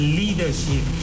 leadership